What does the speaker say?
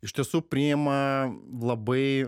iš tiesų priima labai